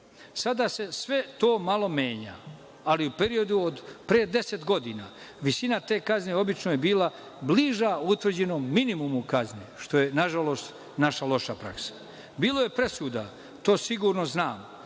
Sada se sve to malo menja, ali u periodu od pre 10 godina, visina te kazne obično je bila bliža utvrđenom minimumu kazne, što je naša loša praksa. Bilo je presuda, to sigurno znam,